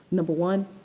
number one,